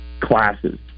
classes